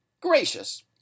Gracious